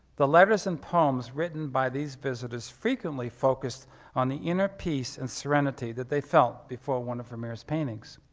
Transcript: the letters and poems written by these visitors frequently focused on the inner peace and serenity that they felt before one of vermeer's paintings.